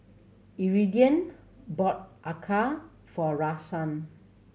Iridian bought acar for Rahsaan